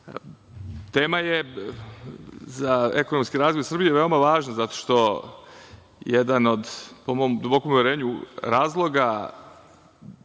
tema za ekonomski razvoj Srbije veoma važna, zato što jedan od, po mom dubokom poverenju, razloga